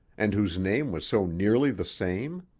and whose name was so nearly the same?